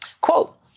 Quote